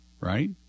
Right